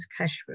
Kashrut